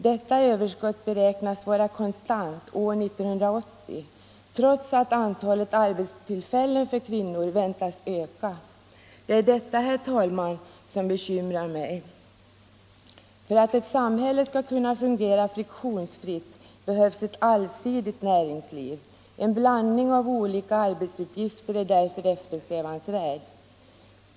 Detta överskott beräknas vara detsamma år 1980 trots att antalet arbetstillfällen för kvinnor väntas öka. Det är detta, herr talman, som bekymrar mig. För att ett samhälle skall kunna fungera friktionsfritt behövs ett allsidigt näringsliv. En blandning av olika arbetsuppgifter är därför eftersträvansvärd.